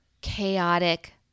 chaotic